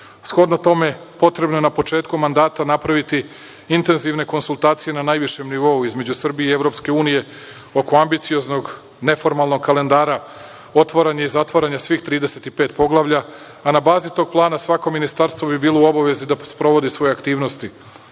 Shodno tome, potrebno je na početku mandata napraviti intenzivne konsultacije na najvišem nivou između Srbije i EU oko ambicioznog, neformalnog kalendara otvaranja i zatvaranja svih 35 poglavlja, a na bazi tog plana, svako ministarstvo bi bilo u obavezi da sprovodi svoje aktivnosti. Na